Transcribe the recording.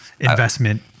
investment